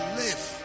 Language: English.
live